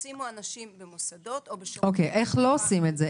ישימו אנשים במוסדות או בשירותים --- איך לא עושים את זה?